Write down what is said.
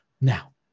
Now